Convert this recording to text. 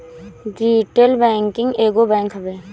retail banking एगो bank हवे